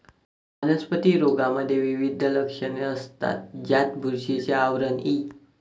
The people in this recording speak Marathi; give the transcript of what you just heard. वनस्पती रोगांमध्ये विविध लक्षणे असतात, ज्यात बुरशीचे आवरण इ